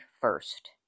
first